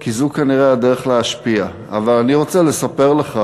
כי זו כנראה הדרך להשפיע, אבל אני רוצה לספר לך